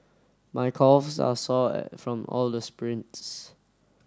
my calves are sore from all the sprints